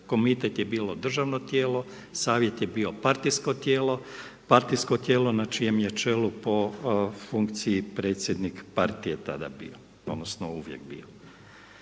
Komitet je bilo državno tijelo, savjet je bilo partijsko tijelo, partijsko tijelo na čijem je čelu po funkciji predsjednik partije tada bio, odnosno uvijek bio.